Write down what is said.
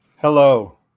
Hello